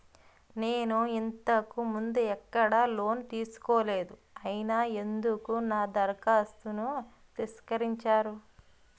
నేను ఇంతకు ముందు ఎక్కడ లోన్ తీసుకోలేదు అయినా ఎందుకు నా దరఖాస్తును తిరస్కరించారు?